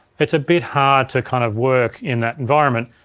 it's a bit hard to kind of work in that environment.